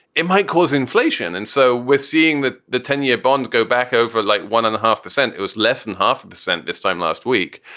it might cause inflation. and so we're seeing that the ten year bond go back over like one and a half percent. it was less than half a percent this time last week.